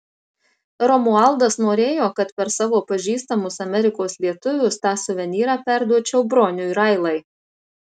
romualdas norėjo kad per savo pažįstamus amerikos lietuvius tą suvenyrą perduočiau broniui railai